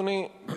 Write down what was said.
אדוני,